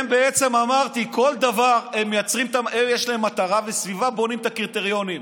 הם, יש להם מטרה, וסביבה בונים את הקריטריונים.